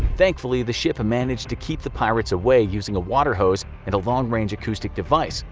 thankfully, the ship managed to keep the pirates away using a water hose and a long range acoustic device.